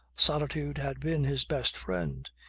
solitude had been his best friend.